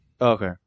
Okay